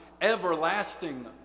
everlasting